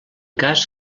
cas